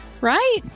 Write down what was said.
right